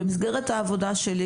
במסגרת העבודה שלי,